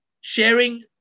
sharing